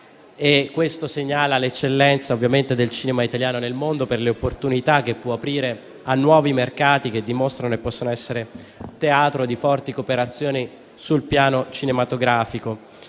Ciò segnala l'eccellenza del cinema italiano nel mondo per le opportunità che può aprire a nuovi mercati che dimostrano e possono essere teatro di forti cooperazioni sul piano cinematografico.